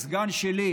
הסגן שלי,